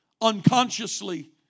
unconsciously